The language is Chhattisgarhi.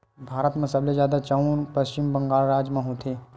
भारत म सबले जादा चाँउर पस्चिम बंगाल राज म होथे